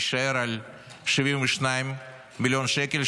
יישאר על 72 מיליון שקל,